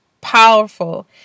powerful